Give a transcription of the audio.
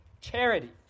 charity